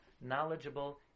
knowledgeable